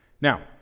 Now